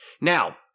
Now